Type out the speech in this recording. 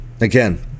Again